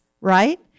right